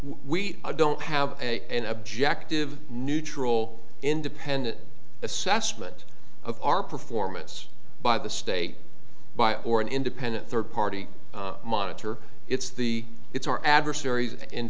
we don't have an objective neutral independent assessment of our performance by the state by or an independent third party monitor it's the it's our adversaries in